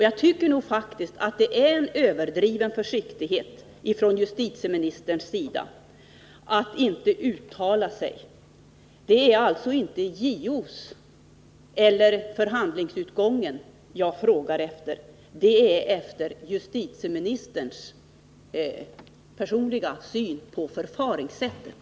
Jag tycker faktiskt att det är överdriven försiktighet av justitieministern att inte uttala sig. Det är alltså inte JO:s slutsats eller förhandlingsutgången som jag frågar efter, utan det jag vill veta är justitieministerns personliga syn på förfaringssättet.